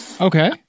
Okay